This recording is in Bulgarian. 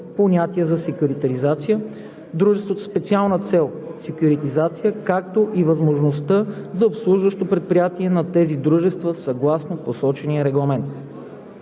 понятия за секюритизация, дружеството със специална цел – секюритизация, както и възможността за обслужващо предприятие на тези дружества съгласно посочения регламент.